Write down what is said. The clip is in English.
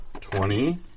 twenty